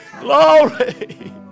glory